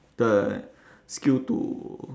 the skill to